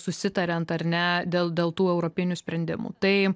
susitariant ar ne dėl dėl tų europinių sprendimų tai